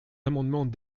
amendement